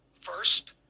First